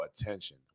attention